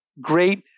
great